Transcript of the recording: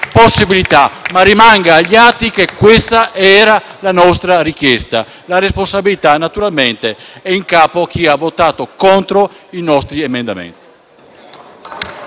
possibilità, ma rimanga agli atti che era la nostra richiesta e la responsabilità è in capo a chi ha votato contro i nostri emendamenti.